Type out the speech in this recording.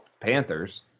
Panthers